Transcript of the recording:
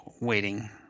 waiting